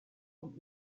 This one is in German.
vom